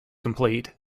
complete